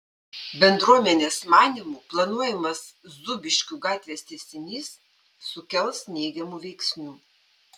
bendruomenės manymu planuojamas zūbiškių gatvės tęsinys sukels neigiamų veiksnių